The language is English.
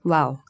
Wow